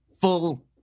full